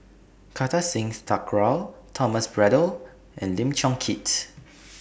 Kartar Singh Thakral Thomas Braddell and Lim Chong Keat